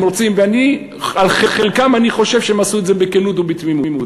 הם רוצים על חלקם אני חושב שהם עשו את זה בכנות ובתמימות.